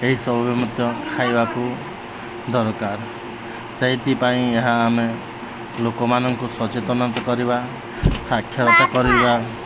ଏହିସବୁ ମଧ୍ୟ ଖାଇବାକୁ ଦରକାର ସେଇଥିପାଇଁ ଏହା ଆମେ ଲୋକମାନଙ୍କୁ ସଚେତନତା କରିବା ସାକ୍ଷରତା କରିବା